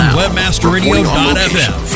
webmasterradio.fm